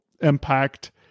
impact